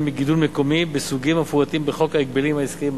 מגידול מקומי בסוגים המפורטים בחוק ההגבלים העסקיים,